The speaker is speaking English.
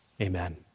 Amen